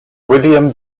william